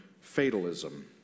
fatalism